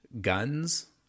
guns